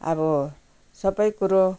अब सबै कुरो